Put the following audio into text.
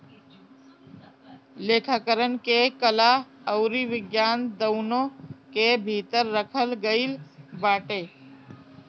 लेखाकरण के कला अउरी विज्ञान दूनो के भीतर रखल गईल बाटे